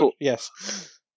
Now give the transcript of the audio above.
yes